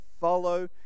follow